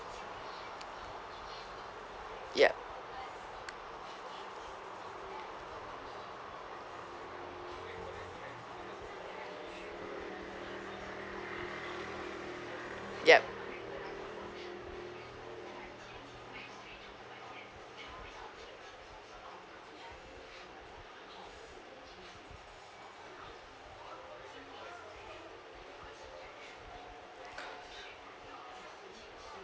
yup yup